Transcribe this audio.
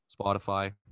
Spotify